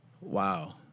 Wow